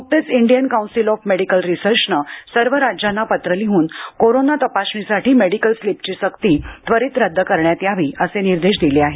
नुकतीच Indian council of medical रिसर्चने सर्व राज्यांना पत्र लिहून कोरोना तपासणीसाठी मेडिकल स्लिपची सक्ती त्वरित रद्द करण्यात यावी असे निर्देश दिले आहेत